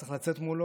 צריך לצאת מולו,